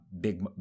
big